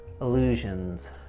illusions